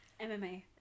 mma